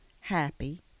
happy